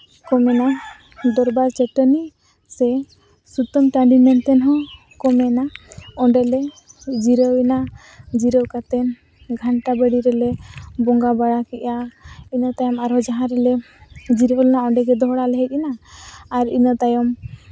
ᱠᱚ ᱢᱮᱱᱟ ᱫᱚᱨᱵᱟᱨ ᱪᱟᱹᱴᱟᱹᱱᱤ ᱥᱮ ᱥᱩᱛᱟᱹᱱ ᱴᱟᱺᱰᱤ ᱢᱮᱱᱛᱮ ᱦᱚᱸᱠᱚ ᱢᱮᱱᱟ ᱚᱸᱰᱮᱞᱮ ᱡᱤᱨᱟᱹᱣ ᱮᱱᱟ ᱡᱤᱨᱟᱹᱣ ᱠᱟᱛᱮᱫ ᱜᱷᱟᱱᱴᱟ ᱵᱟᱲᱮ ᱨᱮᱞᱮ ᱵᱚᱸᱜᱟ ᱵᱟᱲᱟ ᱠᱮᱫᱼᱟ ᱤᱱᱟᱹ ᱛᱟᱭᱚᱢ ᱟᱨᱦᱚᱸ ᱡᱟᱦᱟᱸ ᱨᱮᱞᱮ ᱡᱤᱨᱟᱹᱣ ᱞᱮᱱᱟ ᱚᱸᱰᱮᱜᱮ ᱫᱚᱦᱲᱟᱞᱮ ᱦᱮᱡ ᱮᱱᱟ ᱟᱨ ᱤᱱᱟᱹ ᱛᱟᱭᱚᱢ